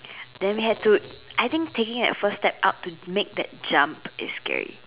then we had to I think taking that first step up to make that jump is scary